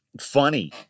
funny